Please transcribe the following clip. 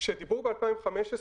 כשדיברו ב-2015,